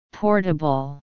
Portable